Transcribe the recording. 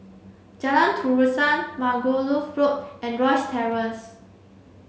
Jalan Terusan Margoliouth Road and Rosyth Terrace